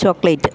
chocolate